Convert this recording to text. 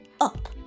up